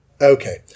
Okay